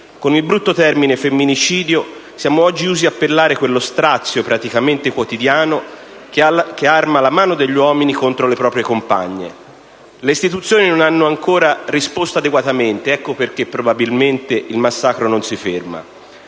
Con il brutto termine femminicidio siamo oggi usi appellare quello strazio praticamente quotidiano che arma la mano degli uomini contro le proprie compagne. Le istituzioni non hanno ancora risposto adeguatamente, ecco perché probabilmente il massacro non si ferma.